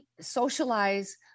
socialize